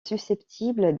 susceptible